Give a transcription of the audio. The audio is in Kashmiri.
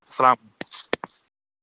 اسَلام